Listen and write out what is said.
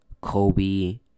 Kobe